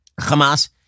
Hamas